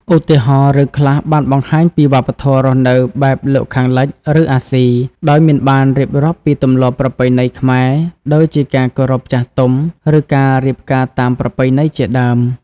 ឧទាហរណ៍ រឿងខ្លះបានបង្ហាញពីវប្បធម៌រស់នៅបែបលោកខាងលិច ឬអាស៊ី ដោយមិនបានរៀបរាប់ពីទម្លាប់ប្រពៃណីខ្មែរ ដូចជាការគោរពចាស់ទុំ ឬការរៀបការតាមប្រពៃណីជាដើម។